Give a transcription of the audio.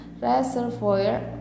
reservoir